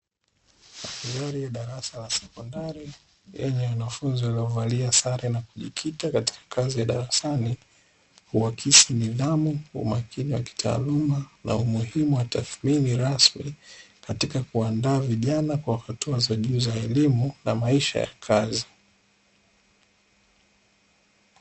Eneo la darasa la shule la sekondari lenye wanafunzi waliovalia sare na kujikita katika kazi ya darasani, huakisi nidhamu, umakini wa kitaaluma na umuhimu wa tathmini rasmi katika kuandaa vijana kwa hatua za juu za elimu na maisha ya kazi.